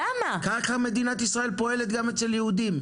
כך מדינת ישראל פועלת גם אצל יהודים.